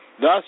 thus